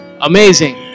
amazing